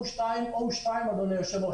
אדוני היושב-ראש.